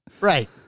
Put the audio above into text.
Right